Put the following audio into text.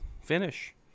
finish